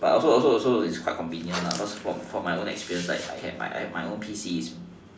but also also it's quite convenient lah because because from my own experience like I had my own P_C